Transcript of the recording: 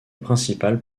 principal